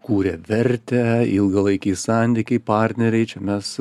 kūrė vertę ilgalaikiai santykiai partneriai čia mes